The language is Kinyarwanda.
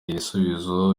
ibisubizo